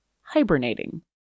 hibernating